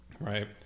Right